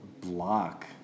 block